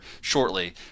shortly